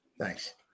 Thanks